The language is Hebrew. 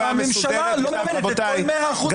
והממשלה לא מממנת את כל מאה אחוז